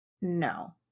No